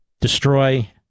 destroy